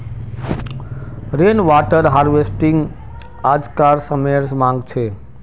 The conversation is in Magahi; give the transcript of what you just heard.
रेन वाटर हार्वेस्टिंग आज्कार समयेर मांग छे